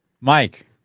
Mike